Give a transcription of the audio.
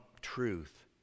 truth